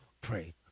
pray